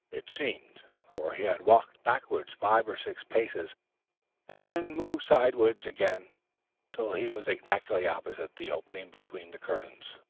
it seemed, for he had walked backwards five or six paces and then moved sideways again till he was exactly opposite the opening between the curtains.